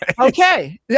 okay